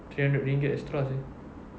three hundred ringgit extra seh